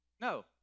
No